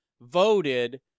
voted